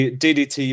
ddt